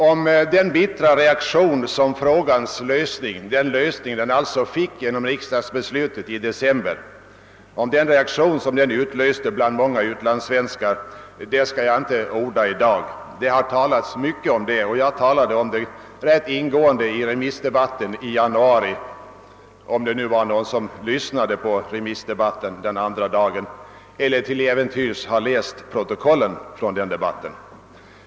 Om den bittra reaktionen hos många utlandssvenskar mot den lösning frågan fick genom riksdagsbeslutet i december skall jag inte orda i dag — det har talats mycket om den. Jag berörde den dessutom ganska ingående under remissdebatten i januari — om nu någon lyssnade på remissdebatten den andra dagen eller till äventyrs har läst protokollen från den debatten.